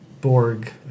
Borg